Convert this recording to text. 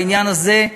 בעניין הזה,